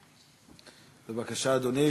בבקשה, אדוני.